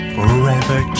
Forever